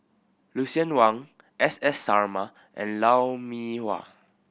Lucien Wang S S Sarma and Lou Mee Wah